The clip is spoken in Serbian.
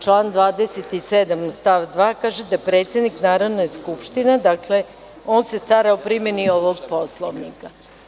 Član 27. stav 2 kaže da se predsednik Narodne skupštine stara o primeni ovog Poslovnika.